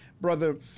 brother